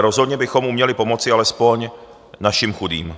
Rozhodně bychom ale měli pomoci alespoň našim chudým.